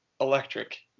electric